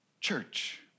church